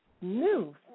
new